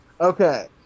Okay